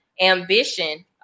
ambition